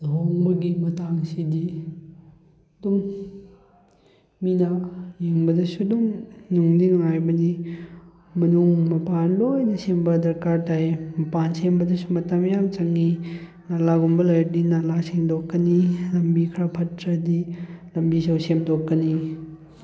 ꯂꯨꯍꯣꯡꯕꯒꯤ ꯃꯇꯥꯡꯁꯤꯗꯤ ꯑꯗꯨꯝ ꯃꯤꯅ ꯌꯦꯡꯕꯗꯁꯨ ꯑꯗꯨꯝ ꯅꯨꯡꯗꯤ ꯅꯨꯡꯉꯥꯏꯕꯅꯤ ꯃꯅꯨꯡ ꯃꯄꯥꯟ ꯂꯣꯏꯅ ꯁꯦꯝꯕ ꯗꯔꯀꯥꯔ ꯇꯥꯏ ꯃꯄꯥꯟ ꯁꯦꯝꯕꯗꯁꯨ ꯃꯇꯝ ꯌꯥꯝ ꯆꯪꯉꯤ ꯅꯂꯥꯒꯨꯝꯕ ꯂꯩꯔꯗꯤ ꯅꯂꯥ ꯁꯦꯡꯗꯣꯛꯀꯅꯤ ꯂꯝꯕꯤ ꯈꯔ ꯐꯠꯇ꯭ꯔꯗꯤ ꯂꯝꯕꯤꯁꯨ ꯁꯦꯝꯗꯣꯛꯀꯅꯤ